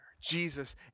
Jesus